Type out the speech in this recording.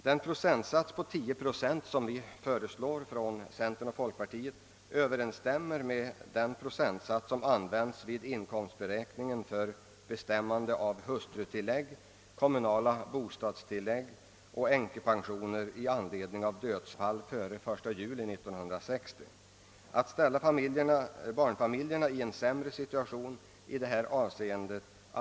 Den procentsats på 10 procent som centerpartiet och folkpartiet föreslår överensstämmer med den procentsats som används vid inkomstberäkningen för att bestämma hustrutillägg, kommunala bostadstillägg och änkepensioner med anledning av dödsfall före den 1 juli 1960. Vi anser inte det finns anledning att ställa barnfamiljerna i en sämre situation i detta avseende.